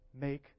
make